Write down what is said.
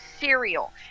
cereal